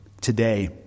today